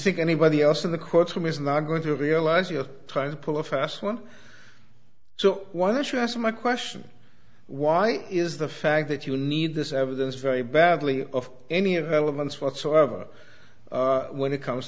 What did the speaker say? think anybody else in the courtroom is not going to realize you're trying to pull a fast one so one should ask my question why is the fact that you need this evidence very badly of any of elements whatsoever when it comes